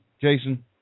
Jason